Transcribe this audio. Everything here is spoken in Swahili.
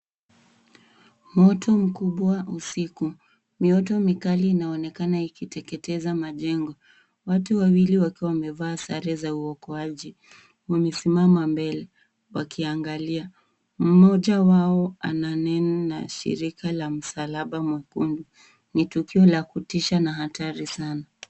Moto mkubwa usiku. Mioto mikali inaonekana ikiteketeza majengo. Watu wawili wakiwa wamevaa sare za uokoaji wamesimama mbele wakiangalia. Mmoja wao ananena na shirika la msalaba mwekundu. Ni tukio la kutisha na hatari sana.